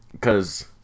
cause